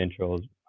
intros